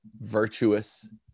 virtuous